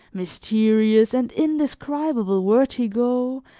mysterious and indescribable vertigo,